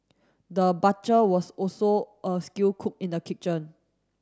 the butcher was also a skill cook in the kitchen